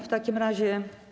W takim razie.